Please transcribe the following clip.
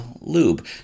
lube